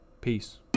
peace